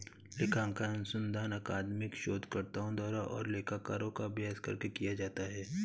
लेखांकन अनुसंधान अकादमिक शोधकर्ताओं द्वारा और लेखाकारों का अभ्यास करके किया जाता है